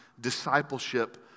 discipleship